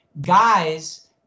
guys